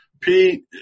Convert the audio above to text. Pete